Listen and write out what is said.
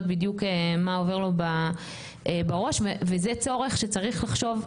בדיוק מה עובר לו בראש וזה צורך שצריך לחשוב,